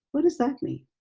what does that mean?